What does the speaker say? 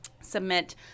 submit